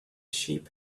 sheep